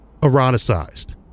eroticized